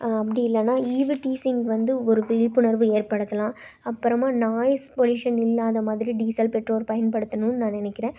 அப்படி இல்லைனா ஈவ்டீசிங்க்கு வந்து ஒரு விழிப்புணர்வு ஏற்படுத்தலாம் அப்புறமா நாய்ஸ் பொல்யூஷன் இல்லாத மாதிரி டீசல் பெட்ரோல் பயன்படுத்தணும்ன்னு நான் நினைக்கிறேன்